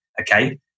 okay